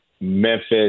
Memphis